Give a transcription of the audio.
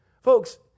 Folks